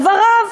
את דבריו,